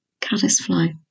caddisfly